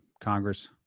Congress